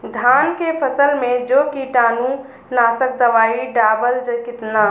धान के फसल मे जो कीटानु नाशक दवाई डालब कितना?